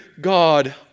God